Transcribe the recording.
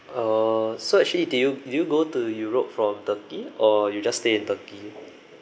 oh so actually did you did you go to europe from turkey or you just stay in turkey